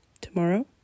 tomorrow